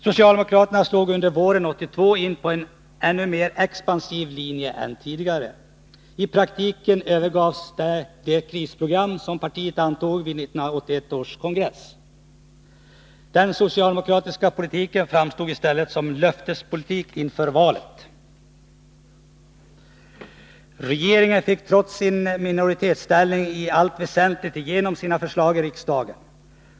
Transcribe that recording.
Socialdemokraterna slog under våren 1982 in på en ännu mer expansiv linje än tidigare. I praktiken övergavs det krisprogram som partiet antog vid 1981 års kongress. Den socialdemokratiska politiken framstod i stället som ”löftespolitik” inför valet. Regeringen fick trots sin minoritetsställning i allt väsentligt igenom sina förslag i riksdagen.